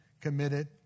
committed